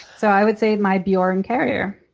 so i would say my bjorn carrier.